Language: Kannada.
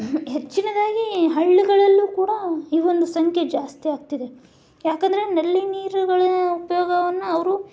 ಹೆಚ್ಚಿನದಾಗಿ ಹಳ್ಳಿಗಳಲ್ಲೂ ಕೂಡ ಈ ಒಂದು ಸಂಖ್ಯೆ ಜಾಸ್ತಿ ಆಗ್ತಿದೆ ಏಕೆಂದ್ರೆ ನಲ್ಲಿ ನೀರುಗಳ ಉಪಯೋಗವನ್ನು ಅವರು